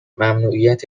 ممنوعیت